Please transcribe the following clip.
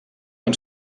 van